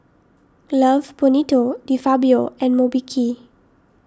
Love Bonito De Fabio and Mobike